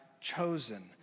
chosen